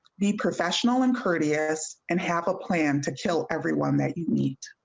the professional and courteous and have a plan to chill everyone they meet.